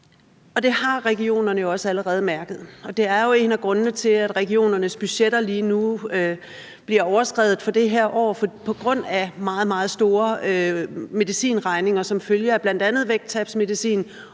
Det har regionerne også allerede mærket, og det er jo en af grundene til, at regionernes budgetter lige nu bliver overskredet for det her år; altså det er på grund af meget, meget store medicinregninger, som følger af bl.a. vægttabsmedicin,